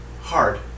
hard